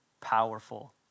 powerful